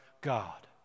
God